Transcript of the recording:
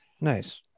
Nice